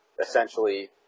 essentially